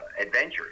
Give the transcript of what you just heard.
adventures